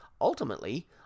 Ultimately